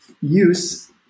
use